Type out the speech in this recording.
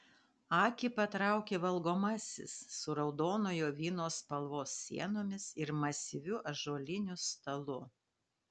akį patraukė valgomasis su raudonojo vyno spalvos sienomis ir masyviu ąžuoliniu stalu